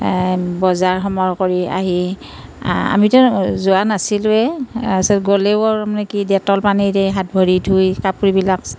বজাৰ সমাৰ কৰি আহি আমিটো যোৱা নাছিলোঁয়েই তাৰ পাছত গ'লেও তাৰ মানে কি ডেটল পানী দি হাত ভৰি ধুই কাপোৰবিলাক